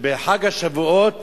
שבחג השבועות